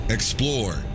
Explore